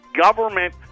government